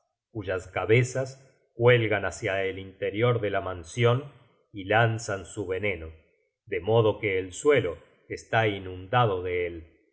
cuyas cabezas cuelgan hácia el interior de la mansion y lanzan su veneno de modo que el suelo está inundado de él